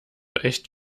echt